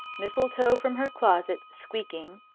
mistletoe from her closet, squeaking.